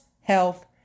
health